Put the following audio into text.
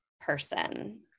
person